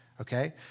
okay